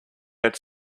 had